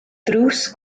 ddrws